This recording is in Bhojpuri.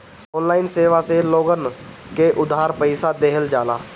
ऑनलाइन सेवा से लोगन के उधार पईसा देहल जाला